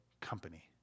company